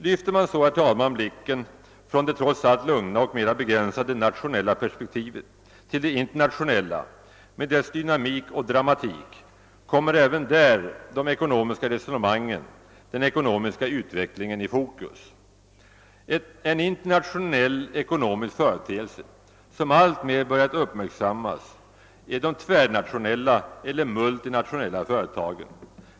Lyfter man så blicken från det trots allt lugna och mera begränsade nationella perspektivet till det internationella med dess dynamik och dramatik kommer även där de ekonomiska resonemangen, den ekonomiska utvecklingen, i fokus. En internationell ekonomisk företeelse, som alltmer börjat uppmärksammas, är de tvärnationella eller multinationella företagen.